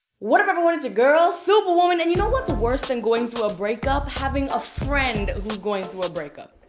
what up everyone? it's your girl, superwoman. and you know what's worse than going through a breakup? having a friend who's going through a breakup.